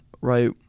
right